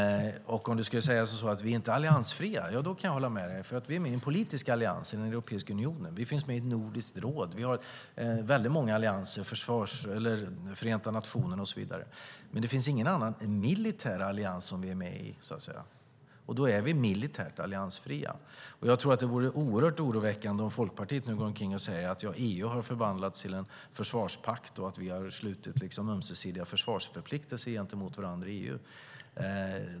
Om du säger att vi inte är alliansfria kan jag hålla med dig. Vi är med i en politisk allians i Europeiska unionen. Vi finns med i ett nordiskt råd. Vi har väldigt många allianser, Förenta nationerna, och så vidare. Men det finns ingen annan militär allians vi är med i, och då är vi militärt alliansfria. Det vore oerhört oroväckande om Folkpartiet nu går omkring och säger: EU har förvandlats till en försvarspakt, och vi har slutit ömsesidiga försvarsförpliktelser gentemot varandra i EU.